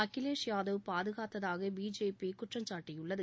அகிலேஷ் யாதவ் பாதுகாத்ததாக பிஜேபி குற்றம் சாட்டியுள்ளது